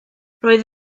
roedd